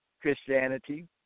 Christianity